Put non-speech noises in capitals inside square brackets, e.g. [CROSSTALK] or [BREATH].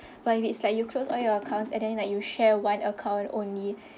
[BREATH] but if it's like you close all your accounts and then like you share one account only